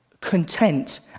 content